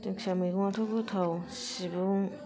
दिखिंया मैगंआथ' गोथाव सिब्रु